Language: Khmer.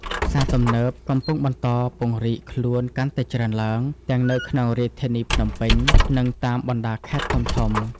ផ្សារទំនើប កំពុងបន្តពង្រីកខ្លួនកាន់តែច្រើនឡើង ទាំងនៅក្នុងរាជធានីភ្នំពេញ និងតាមបណ្តាខេត្តធំៗ។